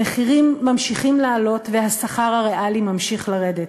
המחירים ממשיכים לעלות והשכר הריאלי ממשיך לרדת.